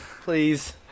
please